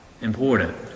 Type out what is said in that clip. important